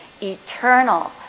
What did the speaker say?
eternal